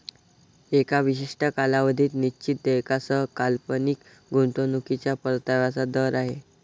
एका विशिष्ट कालावधीत निश्चित देयकासह काल्पनिक गुंतवणूकीच्या परताव्याचा दर आहे